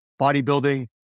bodybuilding